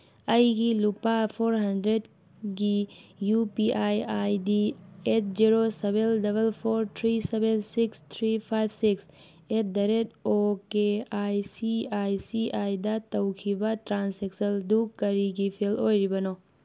ꯑꯩꯒꯤ ꯂꯨꯄꯥ ꯐꯣꯔꯍꯟꯗ꯭ꯔꯦꯠꯛꯤ U P I I D eight zero ꯁꯕꯦꯜ double four three ꯁꯕꯦꯜ six three five six aid the rate O K I C I C ꯑꯥꯏꯗ ꯇꯧꯈꯤꯕ ꯇ꯭ꯔꯥꯟꯁꯦꯛꯁꯟꯗꯨ ꯀꯔꯤꯒꯤ fail ꯑꯣꯏꯔꯤꯕꯅꯣ